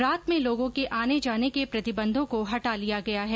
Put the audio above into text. रात में लोगों के आने जाने के प्रतिबंधों को हटा लिया गया है